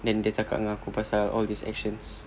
then dia cakap dengan aku pasal all these actions